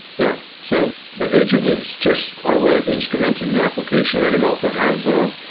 yeah. so the agent is just our way of instrumenting the application and it also has a